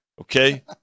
Okay